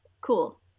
Cool